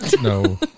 No